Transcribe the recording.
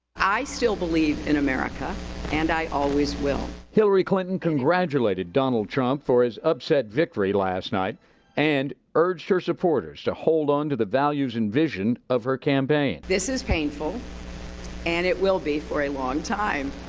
i still believe in america and i always will. reporter hillary clinton congratulatessed donald trump for his upset victory last night and urged her supporters to hold on to the values and vision of her campaign. this is painful and it will be for a long time.